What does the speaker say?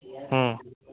ಹ್ಞೂ